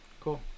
cool